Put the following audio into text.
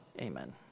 Amen